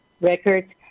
records